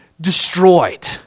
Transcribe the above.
destroyed